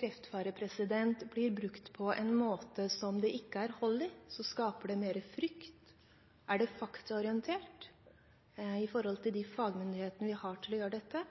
kreftfare blir brukt på en måte som det ikke er hold i, skaper det mer frykt. Om det er faktaorientert, med hensyn til de fagmyndighetene vi har til å gjøre dette,